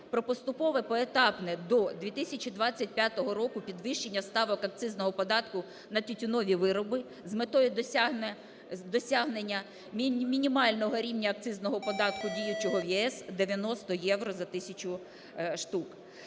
про поступове поетапне до 2025 року підвищення ставок акцизного податку на тютюнові вироби з метою досягнення мінімального рівня акцизного податку, діючого в ЄС, 90 євро за 1000 штук.